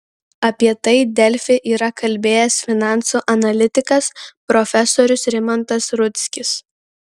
apie tai delfi yra kalbėjęs finansų analitikas profesorius rimantas rudzkis